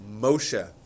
Moshe